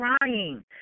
crying